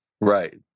Right